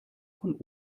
von